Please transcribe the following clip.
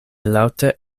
laŭte